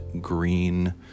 green